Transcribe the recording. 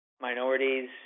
minorities